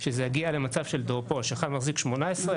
זה יגיע למצב של --- שאחד מחזיק 18,